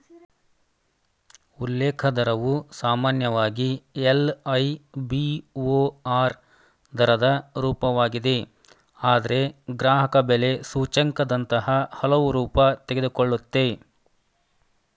ಉಲ್ಲೇಖ ದರವು ಸಾಮಾನ್ಯವಾಗಿ ಎಲ್.ಐ.ಬಿ.ಓ.ಆರ್ ದರದ ರೂಪವಾಗಿದೆ ಆದ್ರೆ ಗ್ರಾಹಕಬೆಲೆ ಸೂಚ್ಯಂಕದಂತಹ ಹಲವು ರೂಪ ತೆಗೆದುಕೊಳ್ಳುತ್ತೆ